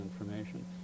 information